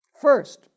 First